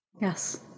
Yes